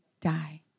die